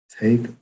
Take